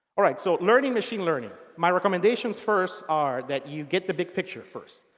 all right. so learning machine learning. my recommendations first are that you get the big picture first.